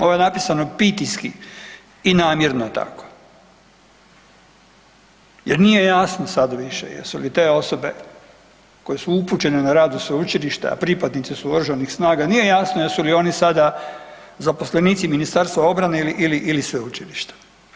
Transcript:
Ovo je napisano pitijski i namjerno je tako jer nije jasno sad više jesu li te osobe koje su upućene na rad u sveučilište, a pripadnici su oružanih snaga nije jasno jesu li oni sada zaposlenici Ministarstva obrane ili sveučilišta.